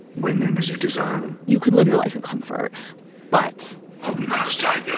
women as you desire them you could live your life in comfort but must i